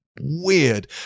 weird